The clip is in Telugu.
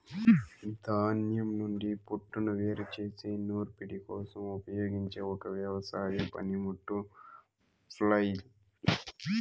ధాన్యం నుండి పోట్టును వేరు చేసే నూర్పిడి కోసం ఉపయోగించే ఒక వ్యవసాయ పనిముట్టు ఫ్లైల్